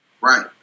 right